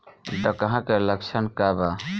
डकहा के लक्षण का वा?